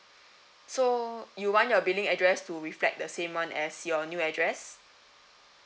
so you want your billing address to reflect the same one as your new address